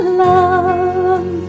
love